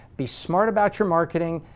be smart about your marketing,